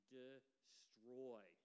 destroy